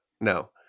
No